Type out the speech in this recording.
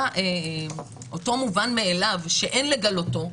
אותו מובן מאליו שאין לגלותו,